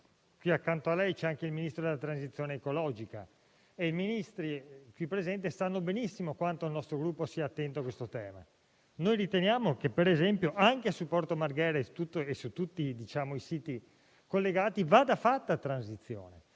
lì accanto a lei c'è anche il Ministro della transizione ecologica e i Ministri qui presenti sanno benissimo quanto il nostro Gruppo sia attento a questo tema. Riteniamo che, per esempio, anche su Porto Marghera e su tutti i siti collegati vada fatta transizione,